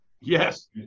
Yes